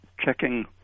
checking